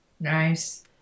nice